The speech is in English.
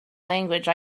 language